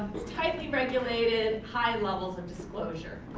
it's tightly regulated, high levels of disclosure.